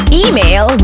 email